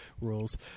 rules